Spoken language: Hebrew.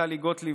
טלי גוטליב,